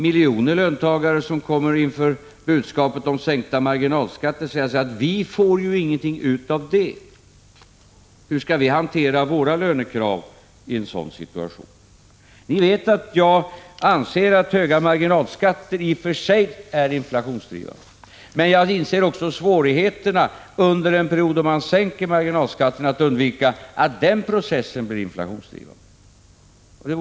Miljontals löntagare kommer faktiskt inför budskapet om sänkta marginalskatter att säga: Vi tjänar ju ingenting på det. Hur skall vi hantera våra lönekrav i en sådan situation? Ni vet att jag anser att höga marginalskatter i och för sig är inflationsdrivande. Men samtidigt inser jag vilka svårigheter som då skulle uppstå när det gäller att undvika att processen blir inflationsdrivande.